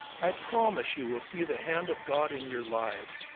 i promise you will see the hand of god in your lives,